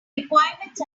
requirements